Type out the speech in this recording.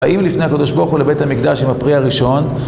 האם לפני הקדוש ברוך הוא לבית המקדש עם הפרי הראשון?